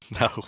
No